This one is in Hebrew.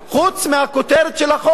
חוץ מהכותרת של החוק,